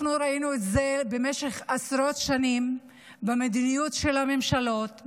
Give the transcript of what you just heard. אנחנו ראינו את זה במשך עשרות שנים במדיניות של הממשלות,